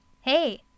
Hey